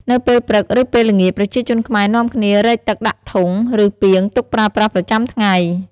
នៅពេលព្រឹក ឬ ពេលល្ងាច ប្រជាជនខ្មែរនំាគ្នារែកទឹកដាក់ធុង ឬ ពាងទុកប្រើប្រាស់ប្រចាំថ្ងៃ។